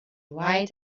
white